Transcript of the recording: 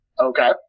Okay